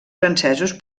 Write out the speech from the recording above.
francesos